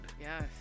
Yes